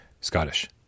scottish